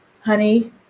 honey